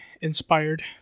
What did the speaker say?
inspired